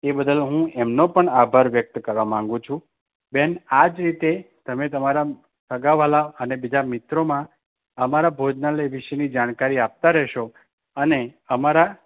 એ બદલ હું એમનો પણ આભાર વ્યક્ત કરવા માગું છું બેન આ જ રીતે તમે તમારા સગાવ્હાલા અને બીજા મિત્રોમાં અમારા ભોજનાલય વિશેની જાણકારી આપતા રહેશો અને અમારા